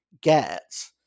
get